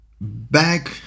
back